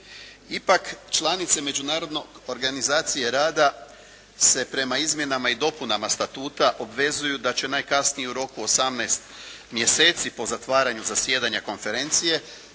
Ipak članice Međunarodne organizacije rada se prema izmjenama i dopunama Statuta obvezuju da će najkasnije u roku 18 mjeseci po zatvaranju zasjedanja konferencije